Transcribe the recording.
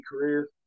career